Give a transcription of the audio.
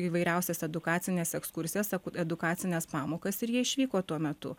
įvairiausias edukacines ekskursijas edukacines pamokas ir jie išvyko tuo metu